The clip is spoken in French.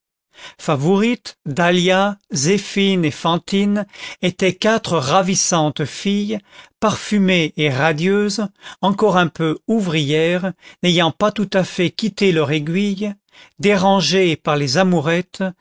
favourite dahlia zéphine et fantine étaient quatre ravissantes filles parfumées et radieuses encore un peu ouvrières n'ayant pas tout à fait quitté leur aiguille dérangées par les amourettes